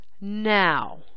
now